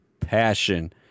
passion